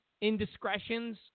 indiscretions